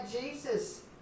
Jesus